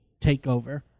takeover